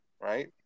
Right